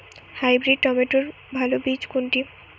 Hybrid টমেটোর ভালো বীজ কোনটি?